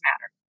matter